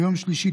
ביום שלישי,